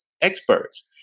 experts